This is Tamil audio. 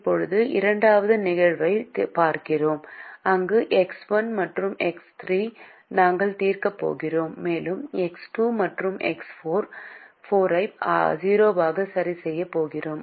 இப்போது இரண்டாவது நிகழ்வைப் பார்க்கிறோம் அங்கு எக்ஸ் 1 மற்றும் எக்ஸ் 3 நாங்கள் தீர்க்கப் போகிறோம் எக்ஸ் 2 மற்றும் எக்ஸ் 4 ஐ 0 ஆக சரிசெய்யப் போகிறோம்